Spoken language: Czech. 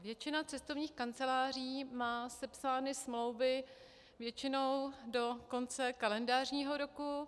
Většina cestovních kanceláří má sepsány smlouvy většinou do konce kalendářního roku.